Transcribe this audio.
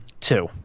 Two